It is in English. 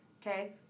Okay